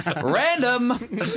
Random